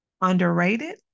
underrated